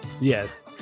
Yes